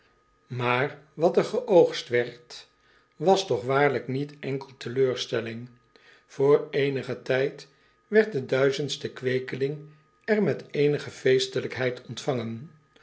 maar wat er geoogst werd was toch waarlijk niet enkel teleurstelling voor eenigen tijd werd de duizendste kweekeling er met eenige feestelijkheid ontvangen